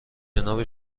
جانب